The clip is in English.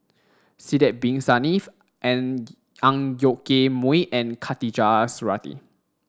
Sidek Bin Saniff and Ang Yoke Mooi and Khatijah Surattee